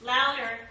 Louder